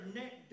neck